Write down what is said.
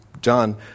John